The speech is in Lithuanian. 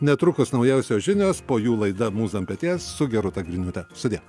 netrukus naujausios žinios po jų laida mūza ant peties su gerūta griniūte sudie